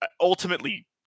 ultimately